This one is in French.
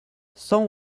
cent